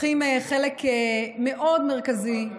לוקחים חלק מאוד מרכזי,